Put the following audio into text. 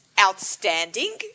outstanding